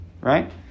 right